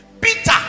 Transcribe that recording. Peter